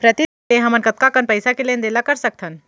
प्रतिदन यू.पी.आई ले हमन कतका कन पइसा के लेन देन ल कर सकथन?